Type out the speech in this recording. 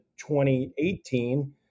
2018